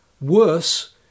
Worse